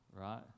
right